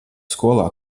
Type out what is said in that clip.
skolā